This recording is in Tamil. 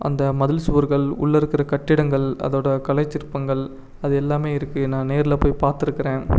அந்த மதில் சுவர்கள் உள்ளே இருக்கிற கட்டிடங்கள் அதோட கலைச்சிற்பங்கள் அது எல்லாமே இருக்குது நான் நேரில் போய் பார்த்துருக்குறேன்